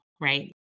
right